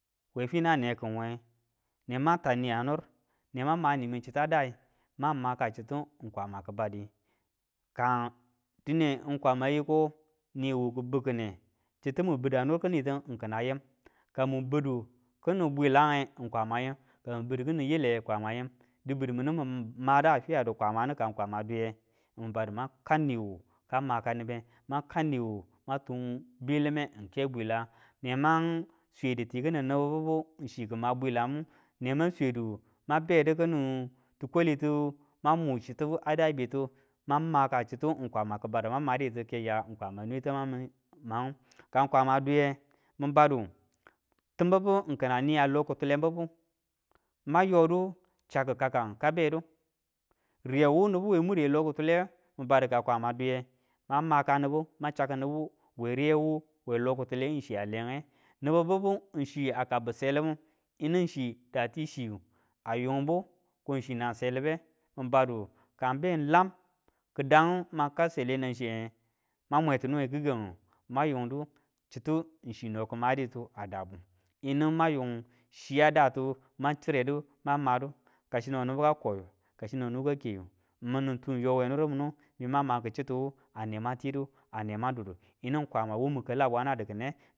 We finu ane kin wenge, ne, ma tai miya nur neman ma nimin chita dai ang maka chitu ng kwama ki badi kang dine ng kwama yiko niwu ki biu kine chitu mun bida nurkini tu kina yim, ka mun bidu kiniung bwilage kwama yim ka mun bidi kinin yile kwama yim, dibidimi mi min mada fiya di kwama nu kang kwama duiye, ma kau niwu ka maka nibe ma kau niwu mang tumbiyi lime ng ke bwila, nema ng swedu tikini nibu biu ng chi kima bwilamu, nemang swedu, amg nedi kini tikwalitu mang mu chita dabitu mang maka chitu ng kwama ki badu mang maditu kenya kwama a nwe tamang mangu. Ka kwama duiye min badu tim bibu kina niya lokitule m bibu mang yodu chaku kakang ka bedu, riye wu nibu we mure lokitule min badu ka kwama duiye mang maka nimu, mang chaku nimu we riyewu we lokitule wu chiya lenge nibu bibu ng chiya kabu se libu yinu hci dati chiyu a yungbu ko chinang selibe, min badu ka ben lam kidangu mang kau sele nang chiyange mang mwe ti nuwe kikangu mang yundu chitu chino ki maditu a dabu. Yinu mang yung chiya datu mang chire du mmang madu, kasino nibu ka koyu ka sino nibu ka keyu minin tu yo we nur minu mimang ma ki chitu we. Ane man tidu ane mang dudi, yinu kwama wu min kala bwana di kine.